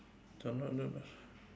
not no no